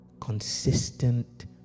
consistent